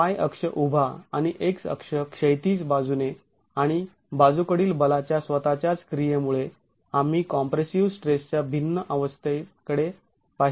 y अक्ष उभा आणि x अक्ष क्षैतिज बाजूने आणि बाजूकडील बलाच्या स्वतःच्याच क्रियेमुळे आम्ही कॉम्प्रेसिव स्ट्रेसच्या भिंन्न अवस्थेकडे पाहिले